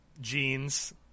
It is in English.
jeans